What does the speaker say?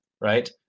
right